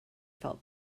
felt